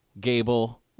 Gable